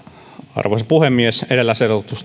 arvoisa puhemies edellä